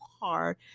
hard